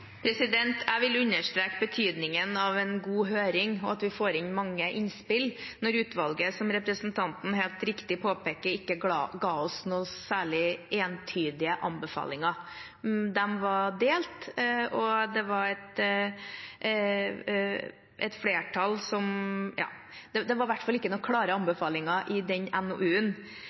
Jeg vil understreke betydningen av en god høring, og at vi får inn mange innspill når utvalget, som representanten helt riktig påpeker, ikke ga oss noen særlig entydige anbefalinger. De var delt, og det var i hvert fall ikke noen klare anbefalinger i den